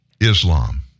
Islam